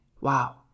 wow